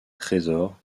trésors